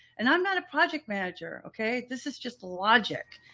and i'm not a project manager. okay. this is just a logic.